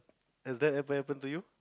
has that ever happen to you